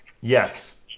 yes